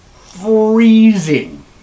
freezing